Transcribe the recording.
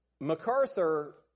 MacArthur